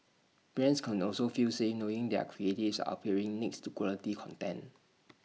brands can also feel safe knowing their creatives are appearing next to quality content